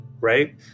right